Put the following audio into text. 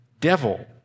Devil